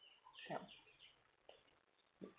ya